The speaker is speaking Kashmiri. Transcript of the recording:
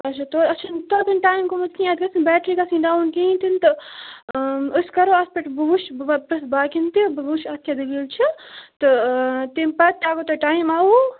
اچھا توتہِ اَتھ چھُنہٕ توتٮ۪ن ٹایم گوٚمُت کیٚنٛہہ اَتھ گژھِ نہٕ بیٹری گژھٕنۍ ڈاوُن کِہیٖنۍ تہِ نہٕ تہٕ أسۍ کَرو اَتھ پٮ۪ٹھ بہٕ وُچھٕ بہٕ پرٛٮ۪ژھ باقیَن تہِ بہٕ وٕچھٕ اَتھ کیٛاہ دٔلیٖل چھِ تہٕ تمہِ پَتہٕ تہِ اگر تۄہہِ ٹایِم آو